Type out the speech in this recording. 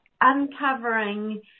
uncovering